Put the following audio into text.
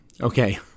okay